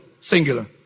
singular